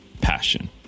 passion